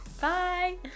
Bye